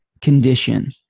condition